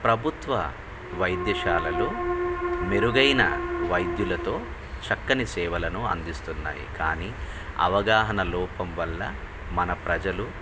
ప్రభుత్వ వైద్యశాలలో మెరుగైన వైద్యులతో చక్కని సేవలను అందిస్తున్నాయి కానీ అవగాహన లోపం వల్ల మన ప్రజలు